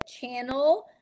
Channel